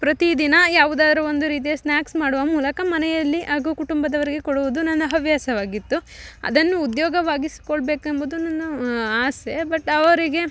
ಪ್ರತಿ ದಿನ ಯಾವುದಾರು ಒಂದು ರೀತಿಯ ಸ್ನಾಕ್ಸ್ ಮಾಡುವ ಮೂಲಕ ಮನೆಯಲ್ಲಿ ಹಾಗು ಕುಟುಂಬದವರಿಗೆ ಕೊಡುವುದು ನನ್ನ ಹವ್ಯಾಸವಾಗಿತ್ತು ಅದನ್ನು ಉದೋಗ್ಯವಾಗಿಸ್ಕೊಳ್ಬೇಕು ಎಂಬುದು ನನ್ನ ಆಸೆ ಬಟ್ ಅವರಿಗೆ